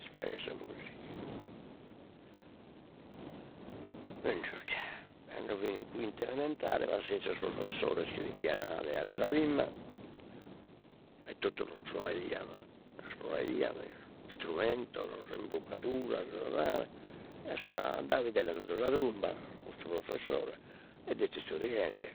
Lis piaghet sa musica, no est nudda, cando fin in quinta elementare passein sos professores chi devian leare sa primma, e totu los proaian los proaian, istrumentos s'imbucadura, sa 'odale, e a sa Davide l'an dadu sa trumba custu professore, ed est istudiende,